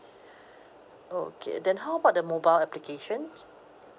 okay then how about the mobile applications